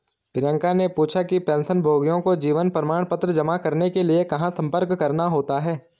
प्रियंका ने पूछा कि पेंशनभोगियों को जीवन प्रमाण पत्र जमा करने के लिए कहाँ संपर्क करना होता है?